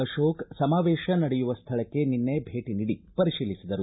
ಅಶೋಕ ಸಮಾವೇಶ ನಡೆಯುವ ಸ್ವಳಕ್ಕೆ ನಿನ್ನೆ ಭೇಟಿ ನೀಡಿ ಪರಿತೀಲಿಸಿದರು